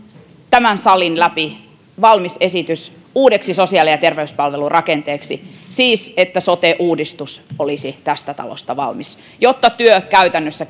tämän salin läpi valmis esitys uudeksi sosiaali ja terveyspalvelurakenteeksi siis että sote uudistus olisi tästä talosta valmis jotta työ käytännössä